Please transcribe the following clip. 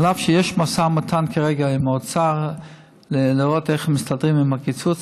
אף שיש משא ומתן כרגע עם האוצר לראות איך מסתדרים עם הקיצוץ,